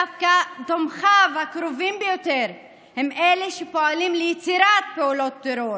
דווקא תומכיו הקרובים ביותר הם שפועלים ליצירת פעולות טרור